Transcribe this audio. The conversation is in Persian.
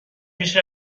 پیش